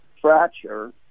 fracture